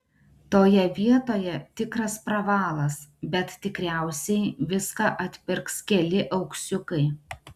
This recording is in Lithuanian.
toje vietoje tikras pravalas bet tikriausiai viską atpirks keli auksiukai